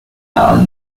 are